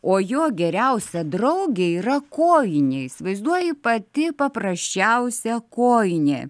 o jo geriausia draugė yra kojinė įsivaizduoji pati paprasčiausia kojinė